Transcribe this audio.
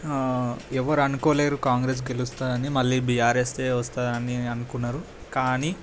ఎవ్వరు అనుకోలేరు కాంగ్రెస్ గెలుస్తుందని మళ్ళీ బీఆరెస్సే వస్తుందని అనుకున్నారు కానీ